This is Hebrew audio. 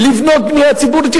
לבנות בנייה ציבורית.